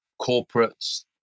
corporates